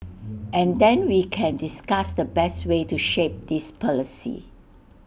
and then we can discuss the best way to shape this policy